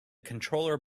controller